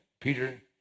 Peter